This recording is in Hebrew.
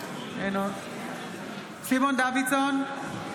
אינו נוכח גלית דיסטל אטבריאן,